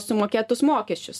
sumokėtus mokesčius